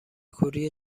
کوری